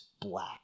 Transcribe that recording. black